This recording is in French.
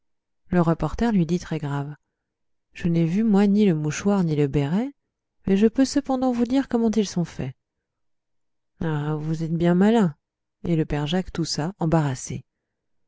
le reporter lui dit très grave je n'ai vu moi ni le mouchoir ni le béret mais je peux cependant vous dire comment ils sont faits ah vous êtes bien malin et le père jacques toussa embarrassé